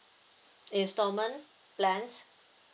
installment plans